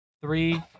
three